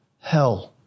hell